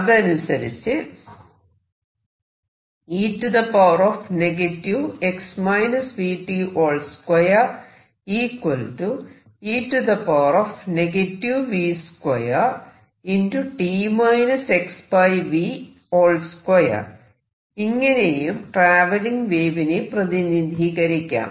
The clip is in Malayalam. അതനുസരിച്ച് ഇങ്ങനെയും ട്രാവെല്ലിങ് വേവിനെ പ്രതിനിധീകരിക്കാം